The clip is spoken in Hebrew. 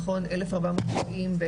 נכון 1470,